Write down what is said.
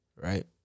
Right